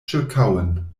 ĉirkaŭen